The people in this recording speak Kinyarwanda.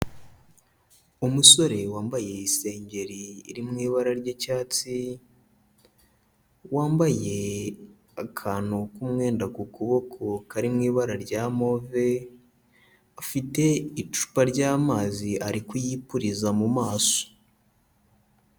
Umusore wambaye isengeri iri mu ibara ry'icyatsi, wambaye akantu k'umwenda ku kuboko kari mu ibara rya move, afite icupa ry'amazi ari kuyipuriza mu maso.